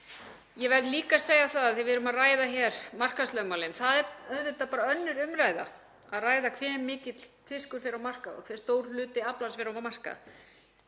Ég verð líka að segja það, af því að við erum að ræða hér markaðslögmálin, að það er auðvitað bara önnur umræða að ræða hve mikill fiskur fer á markað og hve stór hluti aflans fer á markað.